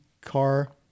car